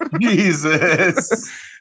Jesus